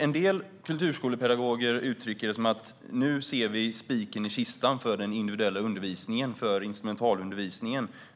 En del kulturskolepedagoger uttrycker det så här: Nu ser vi spiken i kistan för den individuella undervisningen och för instrumentalundervisningen.